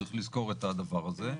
צריך לזכור את הדבר הזה.